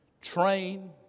train